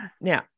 Now